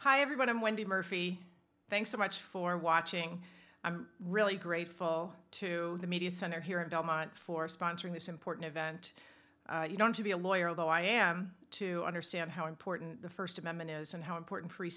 hi everyone and wendy murphy thanks so much for watching i'm really grateful to the media center here in belmont for sponsoring this important event you don't to be a lawyer although i am to understand how important the first amendment was and how important free